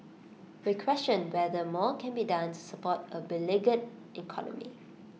we question whether more can be done to support A beleaguered economy